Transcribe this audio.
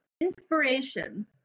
inspiration